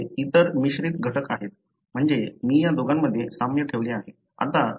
माझ्याकडे इतर मिश्रित घटक आहेत म्हणजे मी या दोघांमध्ये साम्य ठेवले आहे